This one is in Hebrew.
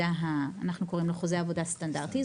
אנחנו קוראים לו חוזה עבודה סטנדרטי,